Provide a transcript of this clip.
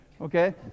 Okay